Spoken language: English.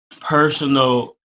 personal